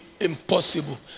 impossible